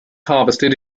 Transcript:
harvested